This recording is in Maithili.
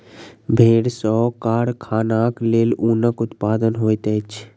भेड़ सॅ कारखानाक लेल ऊनक उत्पादन होइत अछि